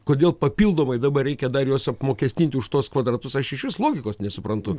kodėl papildomai dabar reikia dar juos apmokestinti už tuos kvadratus aš išvis logikos nesuprantu